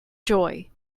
joy